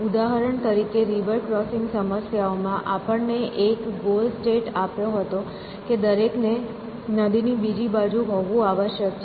ઉદાહરણ તરીકે river crossing સમસ્યાઓમાં આપણને એક ગોલ સ્ટેટ આપ્યો હતો કે દરેકને નદીની બીજી બાજુ હોવું આવશ્યક છે